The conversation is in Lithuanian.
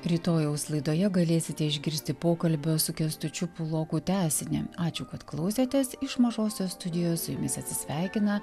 rytojaus laidoje galėsite išgirsti pokalbio su kęstučiu puloku tęsinį ačiū kad klausėtės iš mažosios studijos su jumis atsisveikina